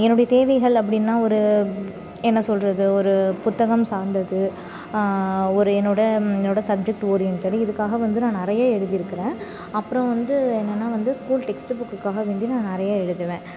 என்னுடைய தேவைகள் அப்படின்னா ஒரு என்ன சொல்கிறது ஒரு புத்தகம் சார்ந்தது ஒரு என்னோடய என்னோடய சப்ஜெக்ட் ஓரியண்ட்டடு இதுக்காக வந்து நான் நிறைய எழுதியிருக்குறேன் அப்புறம் வந்து என்னன்னால் வந்து ஸ்கூல் டெக்ஸ்ட்டு புக்குக்காக வேண்டி நான் நிறைய எழுதுவேன்